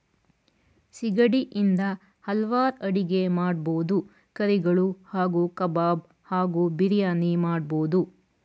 ಸಿಗಡಿ ಇಂದ ಹಲ್ವಾರ್ ಅಡಿಗೆ ಮಾಡ್ಬೋದು ಕರಿಗಳು ಹಾಗೂ ಕಬಾಬ್ ಹಾಗೂ ಬಿರಿಯಾನಿ ಮಾಡ್ಬೋದು